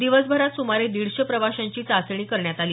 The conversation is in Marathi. दिवसभरात सुमारे दीडशे प्रवाशांची चाचणी करण्यात आली